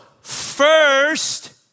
first